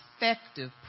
effective